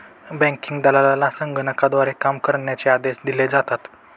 banking दलालाला संगणकाद्वारे काम करण्याचे आदेश दिले जातात